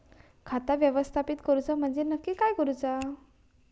खाता व्यवस्थापित करूचा म्हणजे नक्की काय करूचा?